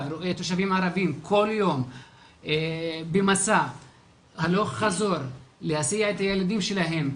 רואה תושבים ערבים כל יום במסע הלוך-חזור להסיע את הילדים שלהם.